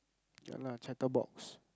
ya lah chatterbox